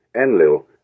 Enlil